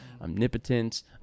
omnipotence